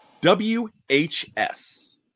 WHS